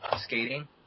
skating